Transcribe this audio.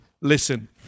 listen